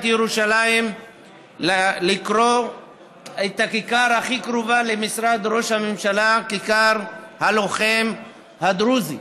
ירושלים לקרוא לכיכר הכי קרובה למשרד ראש הממשלה "כיכר הלוחם הדרוזי",